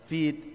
Feed